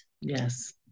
yes